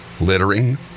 Littering